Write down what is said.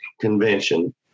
Convention